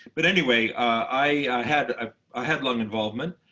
but anyway, i had ah i had lung involvement.